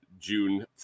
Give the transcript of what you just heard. June